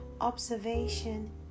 Observation